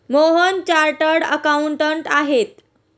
Mohan chartered accountant आहेत